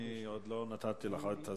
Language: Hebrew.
עוד לא נתתי לך את הזמן.